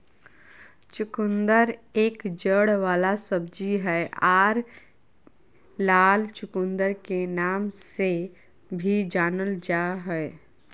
चुकंदर एक जड़ वाला सब्जी हय आर लाल चुकंदर के नाम से भी जानल जा हय